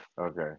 Okay